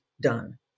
done